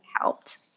helped